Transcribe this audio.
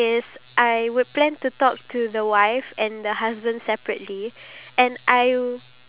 because I feel like once you marry you don't really go on dates which is so sad